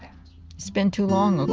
it's been too long ago.